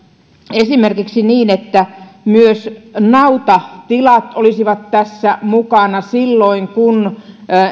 esimerkiksi niin että myös nautatilat olisivat tässä mukana silloin kun